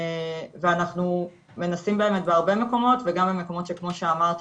ואנחנו מנסים בהרבה מקומות וגם במקומות כמו שאמרת,